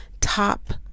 top